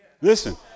Listen